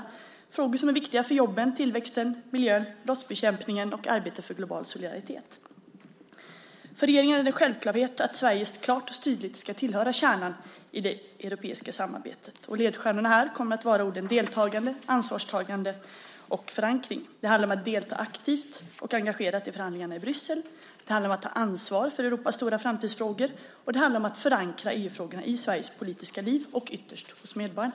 Det är frågor som är viktiga för jobben, tillväxten, miljön, brottsbekämpningen och arbetet för global solidaritet. För regeringen är det en självklarhet att Sverige klart och tydligt ska tillhöra kärnan i det europeiska samarbetet. Mina ledstjärnor kommer att vara orden deltagande, ansvarstagande och förankring. Det handlar om att delta aktivt och engagerat i förhandlingarna i Bryssel, att ta ansvar för Europas stora framtidsfrågor samt att förankra EU-frågorna i Sveriges politiska liv och ytterst hos medborgarna.